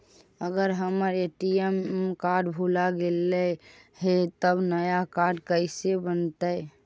अगर हमर ATM card भुला गैलै हे तब नया काड कइसे बनतै?